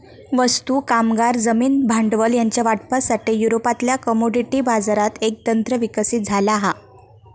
वस्तू, कामगार, जमीन, भांडवल ह्यांच्या वाटपासाठी, युरोपातल्या कमोडिटी बाजारात एक तंत्र विकसित झाला हा